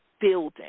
building